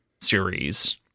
series